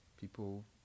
People